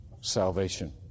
salvation